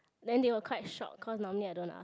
then they were quite shocked because normally I don't ask